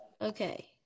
Okay